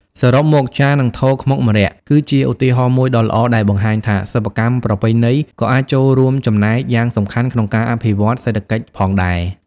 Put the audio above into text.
សរុបមក ចាន និងថូខ្មុកម្រ័ក្សណ៍ គឺជាឧទាហរណ៍មួយដ៏ល្អដែលបង្ហាញថា សិប្បកម្មប្រពៃណីក៏អាចរួមចំណែកយ៉ាងសំខាន់ក្នុងការអភិវឌ្ឍសេដ្ឋកិច្ចផងដែរ។